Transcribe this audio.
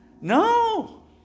No